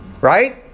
Right